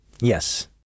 Yes